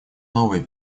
новые